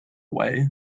way